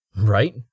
Right